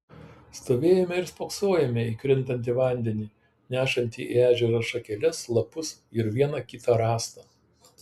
stovėjome ir spoksojome į krintantį vandenį nešantį į ežerą šakeles lapus ir vieną kitą rąstą